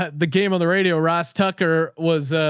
the game on the radio. ross tucker was,